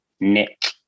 Nick